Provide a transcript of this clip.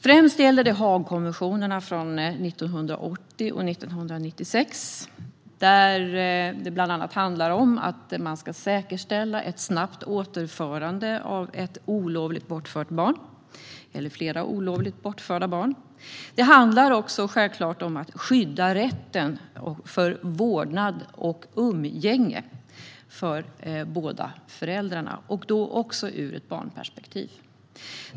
Främst gäller detta Haagkonventionerna från 1980 och 1996, där det bland annat handlar om att säkerställa ett snabbt återförande av ett eller flera olovligt bortförda barn. Det handlar om att skydda rätten för vårdnad och umgänge för båda föräldrarna, och det ska även ses ur ett barnperspektiv.